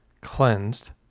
cleansed